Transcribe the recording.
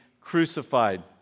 crucified